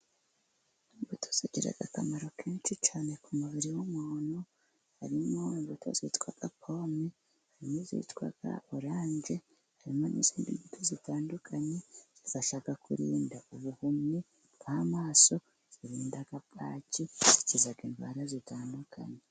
Imbuto zigira akamaro kenshi cyane ku mubiri w'umuntu. Hrimo imbuto zitwa pome, harimo izitwa orange, hari n'izindi mbuto zitandukanye zibasha kurinda ubuhumyi bw'amaso, zirinda indwara zitandukanye.